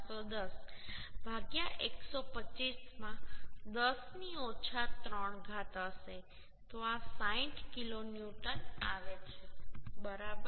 25 માં 10 ની ઓછા 3 ઘાત હશે તો આ 60 કિલોન્યુટન આવે છે બરાબર